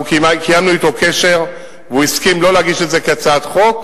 קיימנו אתו קשר והוא הסכים שלא להגיש את זה כהצעת חוק,